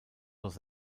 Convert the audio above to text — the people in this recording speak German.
los